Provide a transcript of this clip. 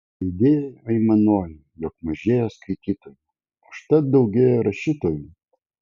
leidėjai aimanuoja jog mažėja skaitytojų užtat daugėja rašytojų